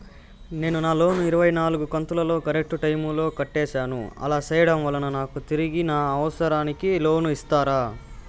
నేను నా లోను ఇరవై నాలుగు కంతులు కరెక్టు టైము లో కట్టేసాను, అలా సేయడం వలన నాకు తిరిగి నా అవసరానికి లోను ఇస్తారా?